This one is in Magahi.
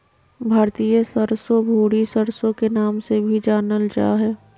भारतीय सरसो, भूरी सरसो के नाम से भी जानल जा हय